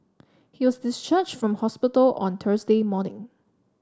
he was discharged from hospital on Thursday morning